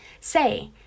say